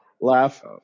laugh